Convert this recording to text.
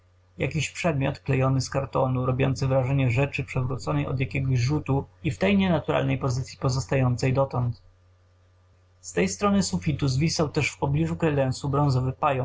jakiś przedmiot klejony z kartonu robiący wrażenie rzeczy przewróconej od jakiegoś rzutu i w tej nienaturalnej pozycyi pozostającej dotąd z tej strony sufitu zwisał też w pobliżu kredensu bronzowy pająk